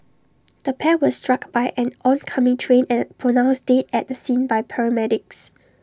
the pair were struck by an oncoming train and pronounced dead at the scene by paramedics